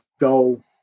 go